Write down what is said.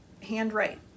handwrite